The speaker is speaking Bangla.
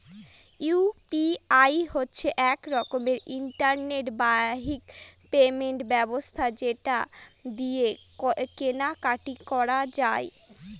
ইউ.পি.আই হচ্ছে এক রকমের ইন্টারনেট বাহিত পেমেন্ট ব্যবস্থা যেটা দিয়ে কেনা কাটি করা যায়